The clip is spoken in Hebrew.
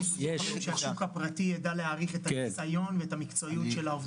השוק הפרטי יידע להעריך את הניסיון ואת המקצועיות של העובדים.